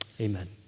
amen